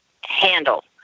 handle